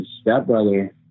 stepbrother